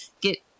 get